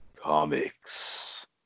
comics